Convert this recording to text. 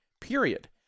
period